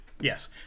Yes